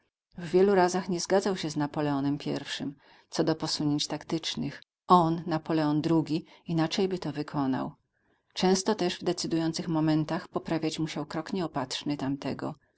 wielu razach nie zgadzał się z napoleonem i co do posunięć taktycznych on napoleon ii inaczejby to wykonał często też w decydujących momentach poprawiać musiał krok nieopatrzny tamtego